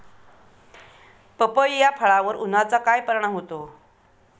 पपई या फळावर उन्हाचा काय परिणाम होतो?